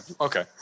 Okay